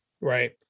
right